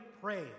pray